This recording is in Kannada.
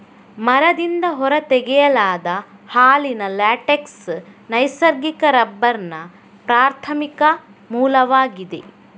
ಮರದಿಂದ ಹೊರ ತೆಗೆಯಲಾದ ಹಾಲಿನ ಲ್ಯಾಟೆಕ್ಸ್ ನೈಸರ್ಗಿಕ ರಬ್ಬರ್ನ ಪ್ರಾಥಮಿಕ ಮೂಲವಾಗಿದೆ